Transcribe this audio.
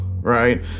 Right